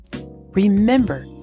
Remember